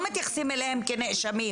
אנחנו לא מתייחסים אליהם כנאשמים.